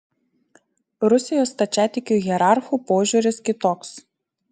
rusijos stačiatikių hierarchų požiūris kitoks